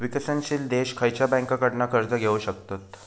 विकसनशील देश खयच्या बँकेंकडना कर्ज घेउ शकतत?